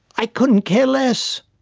i couldn't care less.